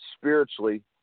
spiritually